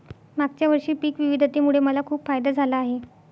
मागच्या वर्षी पिक विविधतेमुळे मला खूप फायदा झाला आहे